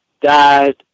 died